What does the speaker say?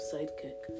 Sidekick